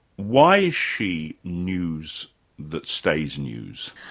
why is she news that stays news?